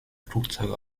flugzeuge